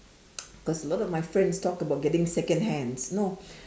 cause a lot of my friends talk about getting second hands no